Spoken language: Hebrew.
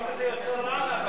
החוק הזה יותר רע מהוול"לים.